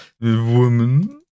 woman